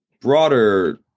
broader